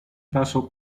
paso